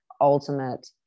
ultimate